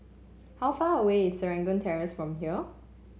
how far away is Serangoon Terrace from here